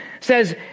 says